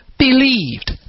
Believed